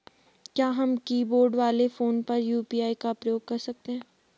क्या हम कीबोर्ड वाले फोन पर यु.पी.आई का प्रयोग कर सकते हैं?